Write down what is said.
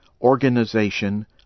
Organization